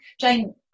Jane